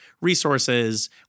resources